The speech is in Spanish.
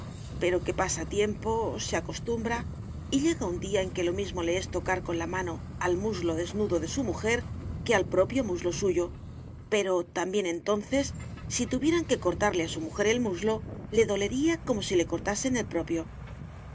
pero que pasa tiempo se acostumbra y llega un día en que lo mismo le es tocar con la mano al muslo desnudo de su mujer que al propio muslo suyo pero también entonces si tuvieran que cortarle a su mujer el muslo le dolería como si le cortasen el propio